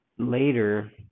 Later